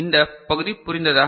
இந்த பகுதி புரிந்ததா